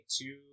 two